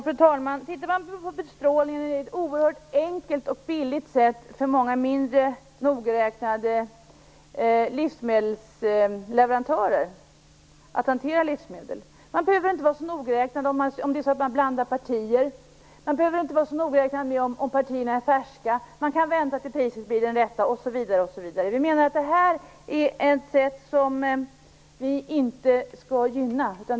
Fru talman! Bestrålning är ett oerhört enkelt och billigt sätt för många mindre nogräknade livsmedelsleverantörer att hantera livsmedel. Man behöver inte vara så noga med hur man blandar partier. Man behöver inte vara så noga med att partierna är färska. Man kan vänta till priset blir det rätta osv. Vi menar att vi inte skall gynna detta.